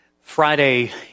Friday